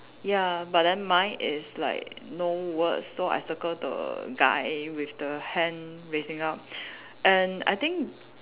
ya but then mine is like no words so I circle the guy with the hand raising up and I think